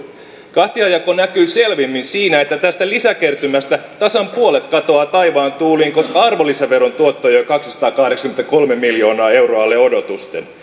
kahtiajako näkyy selvimmin siinä että tästä lisäkertymästä tasan puolet katoaa taivaan tuuliin koska arvonlisäveron tuotto jäi kaksisataakahdeksankymmentäkolme miljoonaa euroa alle odotusten